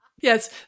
Yes